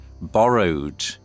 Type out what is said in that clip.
borrowed